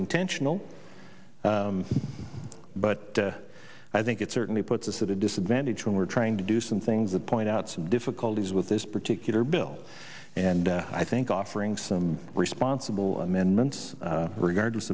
intentional but i think it certainly puts us at a disadvantage when we're trying to do some things that point out some difficulties with this particular bill and i think offering some responsible amendments regardless